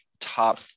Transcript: top